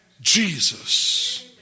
Jesus